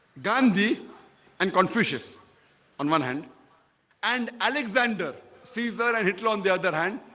gandhi and confucius on one hand and alexander caesar a hitler on the other hand.